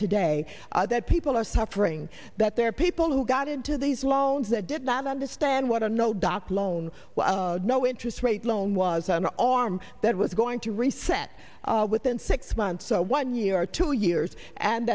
today that people are suffering that there are people who got into these loans that did not understand what a no doc loan no interest rate loan was an arm that was going to reset within six months one year or two years and